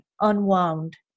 unwound